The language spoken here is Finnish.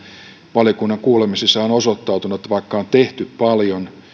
valiokunnan kuulemisissa on osoittautunut että vaikka on tehty paljon